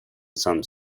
some